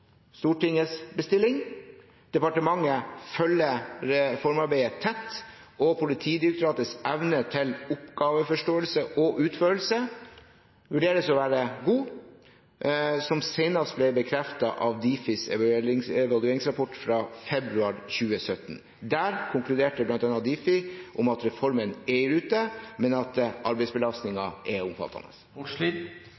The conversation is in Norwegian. Stortingets bestilling. Departementet følger reformarbeidet tett, og Politidirektoratets evne til oppgaveforståelse og utførelse vurderes til å være god, noe som senest ble bekreftet av Difis evalueringsrapport fra februar 2017. Der konkluderte bl.a. Difi at reformen er i rute, men at